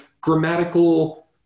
grammatical